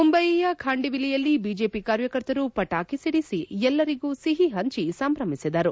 ಮುಂಬಯಿಯ ಖಾಂಡಿವಿಲಿಯಲ್ಲಿ ಬಿಜೆಪಿ ಕಾರ್ಯಕರ್ತರು ಪಟಾಕಿ ಸಿಡಿಸಿ ಎಲ್ಲರಿಗೂ ಸಿಹಿ ಹಂಚಿ ಸಂಭ್ರಮಿಸಿದರು